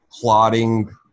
plotting